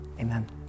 amen